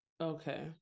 okay